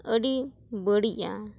ᱟᱹᱰᱤ ᱵᱟᱹᱲᱤᱜᱼᱟ